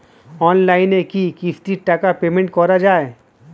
অনলাইনে কি কিস্তির টাকা পেমেন্ট করা যায়?